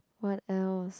what else